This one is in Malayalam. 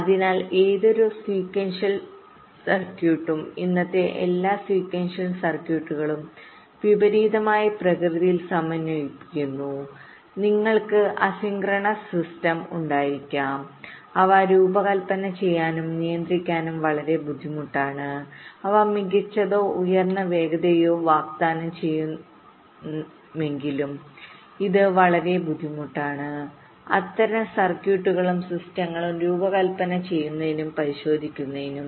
അതിനാൽ ഏതൊരു സീക്വൻഷൽ സർക്യൂട്ടും ഇന്നത്തെ എല്ലാ സീക്വൻഷൽ സർക്യൂട്ടുകളും വിപരീതമായി പ്രകൃതിയിൽ സമന്വയിപ്പിക്കുന്നു നിങ്ങൾക്ക് അസിൻക്രണസ് സിസ്റ്റംഉണ്ടായിരിക്കാം അവ രൂപകൽപ്പന ചെയ്യാനും നിയന്ത്രിക്കാനും വളരെ ബുദ്ധിമുട്ടാണ് അവ മികച്ചതോ ഉയർന്ന വേഗതയോ വാഗ്ദാനം ചെയ്യുമെങ്കിലും ഇത് വളരെ ബുദ്ധിമുട്ടാണ് അത്തരം സർക്യൂട്ടുകളും സിസ്റ്റങ്ങളും രൂപകൽപ്പന ചെയ്യുന്നതിനും പരിശോധിക്കുന്നതിനും